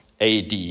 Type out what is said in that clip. AD